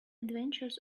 adventures